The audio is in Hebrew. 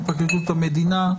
מפרקליטות המדינה.